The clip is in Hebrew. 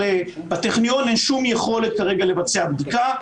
לטכניון אין שום יכולת כרגע לבצע בדיקה.